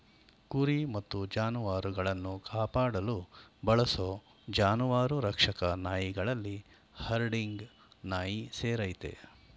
ಕುರಿ ಮತ್ತು ಜಾನುವಾರುಗಳನ್ನು ಕಾಪಾಡಲು ಬಳಸೋ ಜಾನುವಾರು ರಕ್ಷಕ ನಾಯಿಗಳಲ್ಲಿ ಹರ್ಡಿಂಗ್ ನಾಯಿ ಸೇರಯ್ತೆ